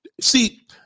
See